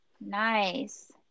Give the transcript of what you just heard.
Nice